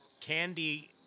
Candy